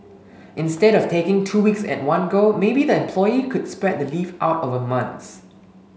instead of taking two weeks at one go maybe the employee could spread the leave out over months